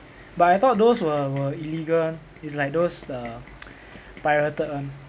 but I thought those were were illegal [one] it's like those err pirated one